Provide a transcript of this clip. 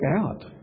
out